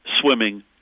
swimming